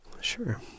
Sure